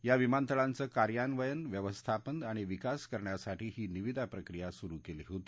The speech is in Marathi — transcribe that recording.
या विमानतळांचं कार्यान्वयन व्यवस्थापन आणि विकास करण्यासाठी ही निवदा प्रक्रिया सुरु केली होती